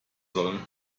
sollen